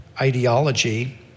ideology